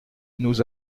nous